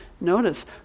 notice